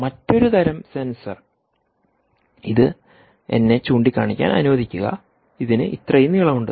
മറ്റൊരു തരം സെൻസർ ഇതും എന്നെ ചൂണ്ടിക്കാണിക്കാൻ അനുവദിക്കുക ഇതിന് ഇത്രയും നീളമുണ്ട്